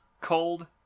cold